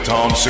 Tom